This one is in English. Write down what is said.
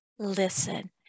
listen